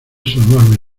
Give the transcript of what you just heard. salvarme